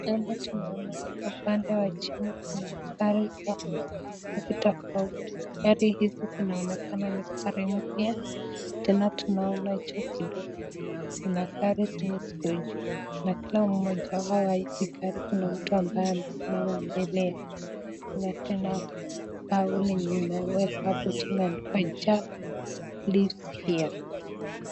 Hapa tunaona kwa upande wa chini kuna gari za rangi tofauti. Gari hizi zinaonekana ni gari mpya. Tena tunaona juu kidogo kuna gari zenye ziko juu na kila mmoja wao wa hizi gari kuna mtu ambaye amesimama mbele yao. Kuna tena pauli yenye imewekwa hapo juu imeandikwa Jack Lives Here .